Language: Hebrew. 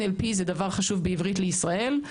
NLP זה דבר חשוב בעברית לישראל,